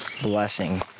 blessing